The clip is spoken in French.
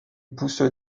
poussent